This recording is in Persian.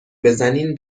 بزنین